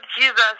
jesus